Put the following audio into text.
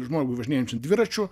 žmogui važinėjančiam dviračiu